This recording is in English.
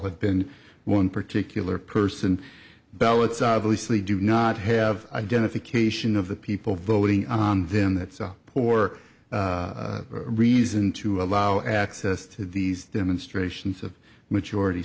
been one particular person ballots obviously do not have identification of the people voting on them that's a poor reason to allow access to these demonstrations of majority